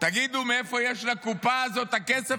תגידו מאיפה יש לקופה הזאת את הכסף.